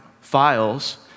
files